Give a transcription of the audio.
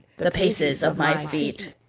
the paces of my feet.